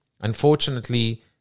Unfortunately